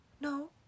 no